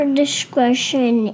discretion